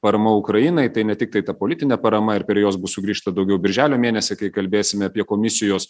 parama ukrainai tai ne tiktai ta politinė parama ir per jos bus sugrįžta daugiau birželio mėnesį kai kalbėsime apie komisijos